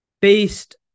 based